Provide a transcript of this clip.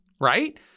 right